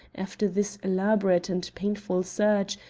after this elaborate and painful search,